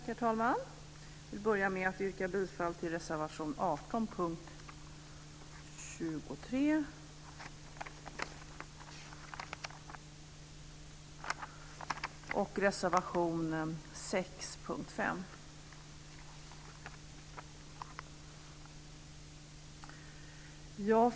Herr talman! Jag börjar med att yrka bifall till reservation 18 under punkt 23 och reservation 6 under punkt 5.